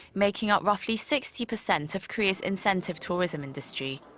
making up roughly sixty percent of korea's incentive tourism industry.